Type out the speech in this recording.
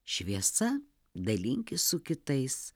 šviesa dalinkis su kitais